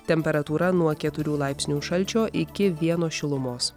temperatūra nuo keturių laipsnių šalčio iki vieno šilumos